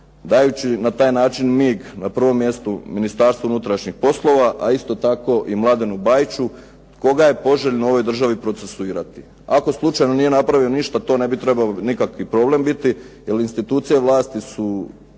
dajući na taj način mig na prvom mjestu Ministarstvu unutrašnjih poslova, a isto tako i Mladenu Bajiću koga je poželjno u ovoj državi procesuirati. Ako slučajno nije napravio ništa to ne bi trebao nikakvi problem biti, jer institucije vlasti su